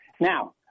Now